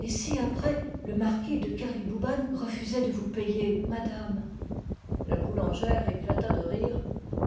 et si après le marquis de kerlibouban refusait de vous payer madame la boulangère éclata de rire